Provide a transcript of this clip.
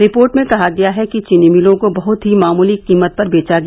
report में कहा गया है कि चीनी मिलों को बहुत ही मामूली कीमत पर बेचा गया